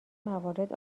موارد